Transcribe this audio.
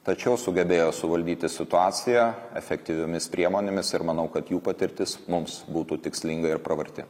tačiau sugebėjo suvaldyti situaciją efektyviomis priemonėmis ir manau kad jų patirtis mums būtų tikslinga ir pravarti